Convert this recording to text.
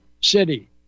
city